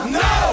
no